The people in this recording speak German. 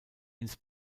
ins